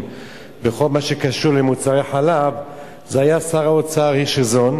בכל מה שקשור למוצרי חלב היה שר האוצר הירשזון.